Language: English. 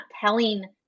telling